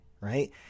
right